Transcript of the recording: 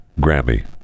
Grammy